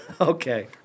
Okay